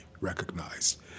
recognized